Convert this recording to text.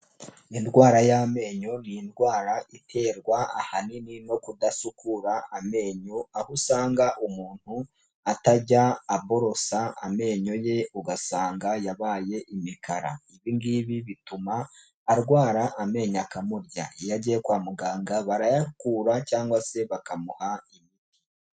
Indwara y'amenyo ni indwara iterwa ahanini no kudasukura amenyo, aho usanga umuntu atajya aborosa amenyo ye ugasanga yabaye imikara, ibi ngibi bituma arwara amenyo akamurya, iyo agiye kwa muganga barayakura cyangwa se bakamuha.